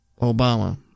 Obama